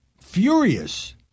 furious